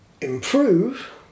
improve